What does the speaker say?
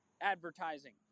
advertising